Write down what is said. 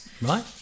Right